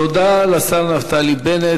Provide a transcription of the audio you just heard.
תודה לשר נפתלי בנט.